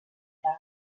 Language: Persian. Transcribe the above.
کرد